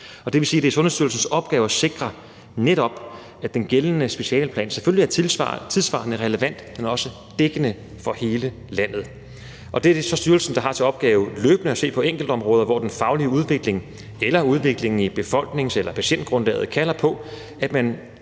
Det vil sige, at det er Sundhedsstyrelsens opgave at sikre, at den gældende specialeplan selvfølgelig er tidssvarende relevant, men også dækkende for hele landet. Det er styrelsen, der har til opgave løbende at se på enkeltområder, hvor den faglige udvikling eller udviklingen i befolknings- eller patientgrundlaget kalder på, at man